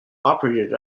operated